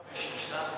מה זה משיסה?